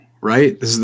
right